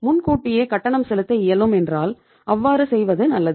முன்கூட்டியே கட்டணம் செலுத்த இயலும் என்றால் அவ்வாறு செய்வது நல்லது